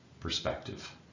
perspective